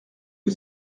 que